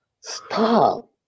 Stop